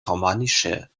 romanische